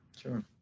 sure